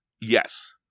Yes